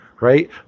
right